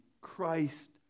Christ